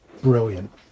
brilliant